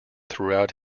throughout